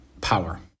power